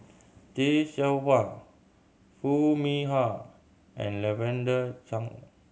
Tay Seow Huah Foo Mee Har and Lavender Chang